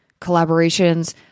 collaborations